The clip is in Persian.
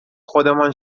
خودمان